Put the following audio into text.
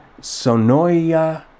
Sonoya